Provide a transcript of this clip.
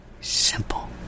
simple